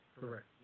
Correct